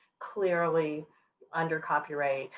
clearly under copyright,